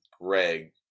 greg